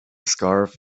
scarf